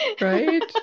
Right